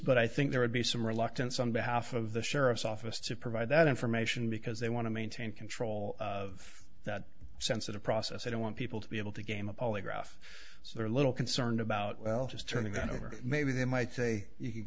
but i think there would be some reluctance on behalf of the sheriff's office to provide that information because they want to maintain control of that sensitive process they don't want people to be able to game a polygraph so they're a little concerned about well just turning it over maybe they might say you can